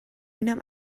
اونم